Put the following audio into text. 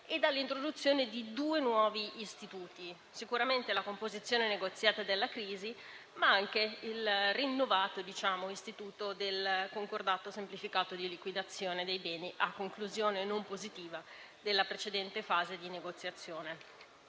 e dall'introduzione di due nuovi istituti: sicuramente la composizione negoziata della crisi, ma anche il rinnovato istituto del concordato semplificato di liquidazione dei beni a conclusione non positiva della precedente fase di negoziazione.